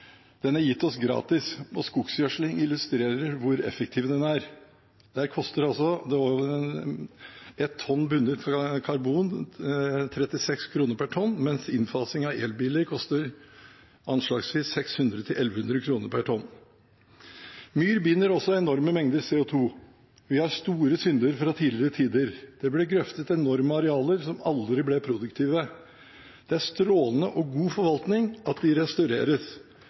Den er gitt oss gratis, og skoggjødsling illustrerer hvor effektiv den er. 1 tonn bundet CO 2 koster altså 36 kr, mens innfasing av elbiler koster anslagsvis 600–1 100 kr per tonn. Myr binder også enorme mengder CO 2 . Vi har store synder fra tidligere tider. Det ble grøftet enorme arealer som aldri ble produktive. Det er strålende og god forvaltning at de restaureres.